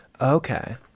Okay